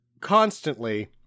constantly